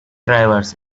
drivers